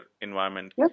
environment